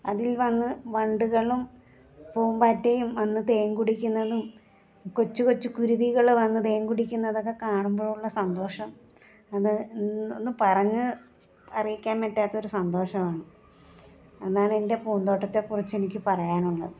അതിൽ വന്ന് വണ്ടുകളും പൂമ്പാറ്റയും വന്ന് തേൻ കുടിക്കുന്നതും കൊച്ചു കൊച്ചു കുരുവികൾ വന്ന് തേൻ കുടിക്കുന്നതൊക്കെ കാണുമ്പോൾ ഉള്ള സന്തോഷം അത് ഒന്ന് പറഞ്ഞ് അറിയിക്കാൻ പറ്റാത്ത ഒരു സന്തോഷമാണ് അതാണ് എൻ്റെ പൂന്തോട്ടത്തെ കുറിച്ച് എനിക്ക് പറയാനുള്ളത്